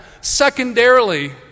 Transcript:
secondarily